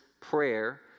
prayer